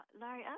Larry